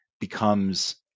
becomes